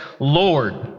Lord